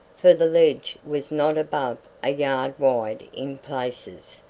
for the ledge was not above a yard wide in places,